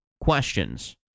questions